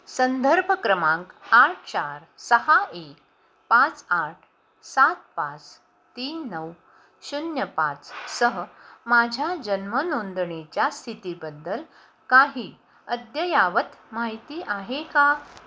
संदर्भ क्रमांक आठ चार सहा एक पाच आठ सात पाच तीन नऊ शून्य पाच सह माझ्या जन्म नोंदणीच्या स्थितीबद्दल काही अद्ययावत माहिती आहे का